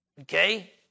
Okay